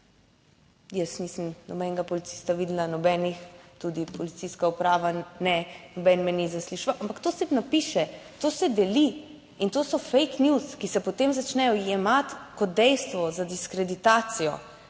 Jaz nisem nobenega policista videla, nobenih, tudi policijska uprava ne, noben me ni zasliševal, ampak to se napiše, to se deli in to so "fake news", ki se potem začnejo jemati kot dejstvo za diskreditacijo